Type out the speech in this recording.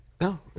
No